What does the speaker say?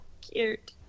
Cute